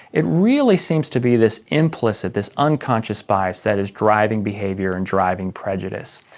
it really seems to be this implicit, this unconscious bias that is driving behaviour and driving prejudice.